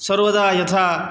सर्वदा यथा